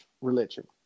religion